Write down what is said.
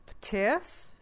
tiff